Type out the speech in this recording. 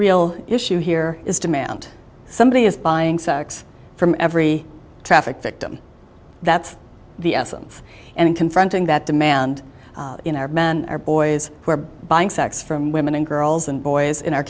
real issue here is demand somebody is buying sex from every traffic victim that's the essence and confronting that demand in our men or boys who are buying sex from women and girls and boys in our